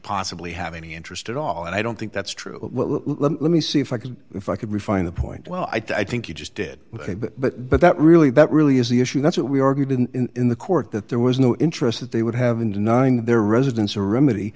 possibly have any interest at all and i don't think that's true let me see if i could if i could refine the point well i think you just did a bit but that really that really is the issue that's what we were given in the court that there was no interest that they would have in denying their residents a remedy